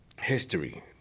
history